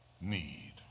need